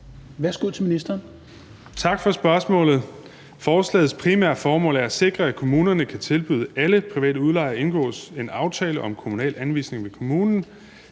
(Kaare Dybvad Bek): Tak for spørgsmålet. Forslagets primære formål er at sikre, at kommunerne kan tilbyde alle private udlejere at indgå en aftale om kommunal anvisning ved kommunen.